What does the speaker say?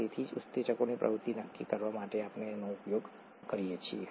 તેથી ઉત્સેચકોની પ્રવૃત્તિ નક્કી કરવા માટે આપણે આનો ઉપયોગ કરીએ છીએ